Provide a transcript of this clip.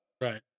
Right